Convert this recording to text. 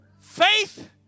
Faith